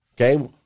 okay